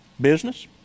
business